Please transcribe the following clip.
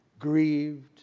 grieved